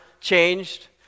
changed